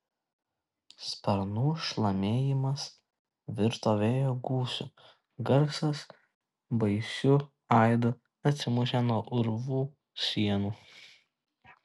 sparnų šlamėjimas virto vėjo gūsiu garsas baisiu aidu atsimušė nuo urvo sienų